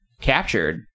captured